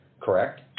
correct